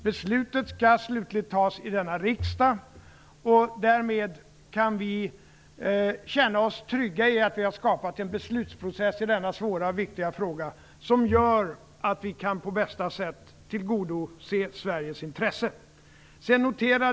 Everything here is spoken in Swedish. Beslutet skall slutligt fattas i denna riksdag. Därmed kan vi känna oss trygga i att vi har skapat en beslutsprocess i denna svåra och viktiga fråga som gör att vi på bästa sätt kan tillgodose Sveriges intresse.